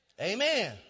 Amen